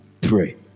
pray